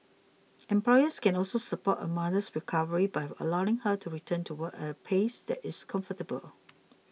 employers can also support a mother's recovery by allowing her to return to work at a pace that is comfortable